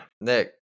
Nick